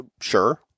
Sure